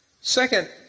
Second